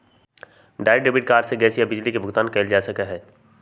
direct debit से gas या बिजली के बिल भुगतान कइल जा हई